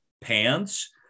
pants